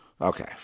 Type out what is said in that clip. Okay